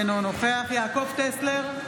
אינו נוכח יעקב טסלר,